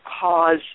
cause